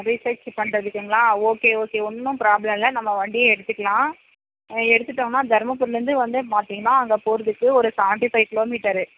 research பண்ணுறதுக்குங்ளா okay okay ஒன்றும் பிராப்ளம்ல நம்ப வண்டியை எடுத்துக்குளான் எடுத்துவிட்டோன்னா தர்மபுரிலந்து வந்து பார்த்திங்ன்னா அங்கே போரதுக்கு ஒரு செவன்ட்டி ஃபை கிலோ மீட்டரு